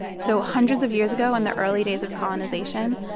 so hundreds of years ago in the early days of colonization,